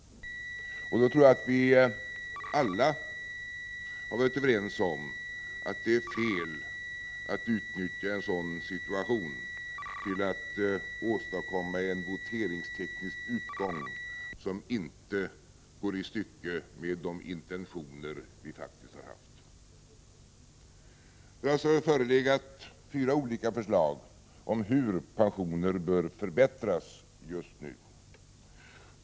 Jag tror att vi alla har varit överens om att det är fel att utnyttja en sådan situation till att åstadkomma en voteringsteknisk utgång som inte går i stycke med de intentioner som vi faktiskt har haft. Det har alltså förelegat fyra olika förslag om hur pensionerna bör förbättras just nu.